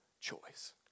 choice